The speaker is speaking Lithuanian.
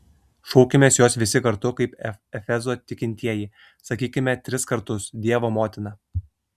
šaukimės jos visi kartu kaip efezo tikintieji sakykime tris kartus dievo motina